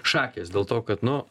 šakės dėl to kad nu